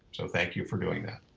so thank you for doing that.